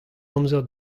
amzer